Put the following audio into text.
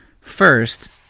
first